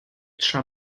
tra